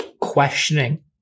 questioning